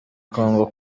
congo